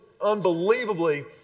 unbelievably